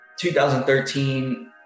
2013